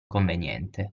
conveniente